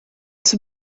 zur